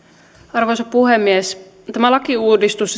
arvoisa puhemies tämä lakiuudistus